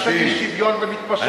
זה התהליך של אי-שוויון שמתמשך.